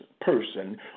person